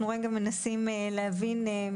אנחנו מנסים להבין.